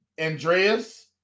Andreas